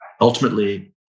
Ultimately